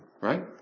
right